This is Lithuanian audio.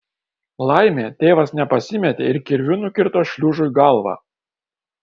laimė tėvas nepasimetė ir kirviu nukirto šliužui galvą